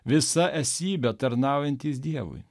visa esybe tarnaujantis dievui